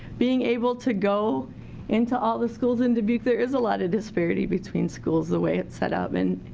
being able to go into all the schools in dubuque there is a lot of disparity between schools the way it's set up. and